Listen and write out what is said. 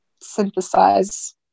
synthesize